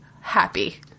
happy